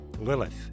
Lilith